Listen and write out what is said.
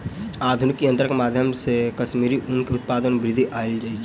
आधुनिक यंत्रक माध्यम से कश्मीरी ऊन के उत्पादन में वृद्धि आयल अछि